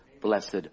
blessed